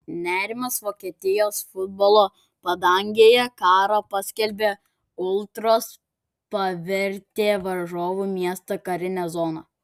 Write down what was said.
nerimas vokietijos futbolo padangėje karą paskelbę ultros pavertė varžovų miestą karine zona